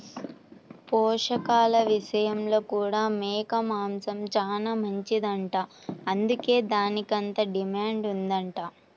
పోషకాల విషయంలో కూడా మేక మాంసం చానా మంచిదంట, అందుకే దానికంత డిమాండ్ ఉందంట